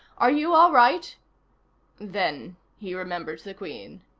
are you all right then he remembered the queen.